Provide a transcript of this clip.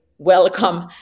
Welcome